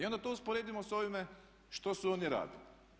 I onda to usporedimo s ovime što su oni radili.